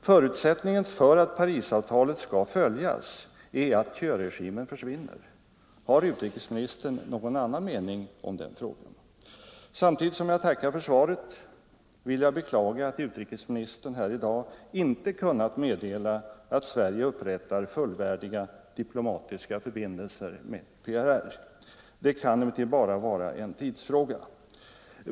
Förutsättningen för att Parisavtalet skall följas är att Thieuregimen försvinner. Har utrikesministern någon annan mening om den frågan? Samtidigt som jag tackar för svaret vill jag beklaga att utrikesministern här i dag inte kunnat meddela att Sverige upprättar fullvärdiga diplomatiska förbindelser med PRR. Det kan emellertid bara vara en tidsfråga.